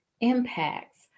impacts